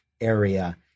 area